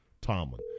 Tomlin